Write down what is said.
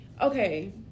Okay